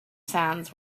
sands